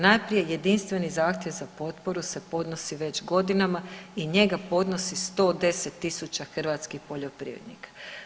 Najprije jedinstveni zahtjev za potporu se podnosi već godinama i njega podnosi 110.000 hrvatskih poljoprivrednika.